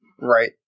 right